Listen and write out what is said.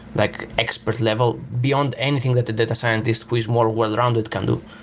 like expert level. beyond anything that the data scientist who is more well-rounded can do.